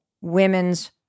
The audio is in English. women's